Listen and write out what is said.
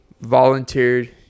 volunteered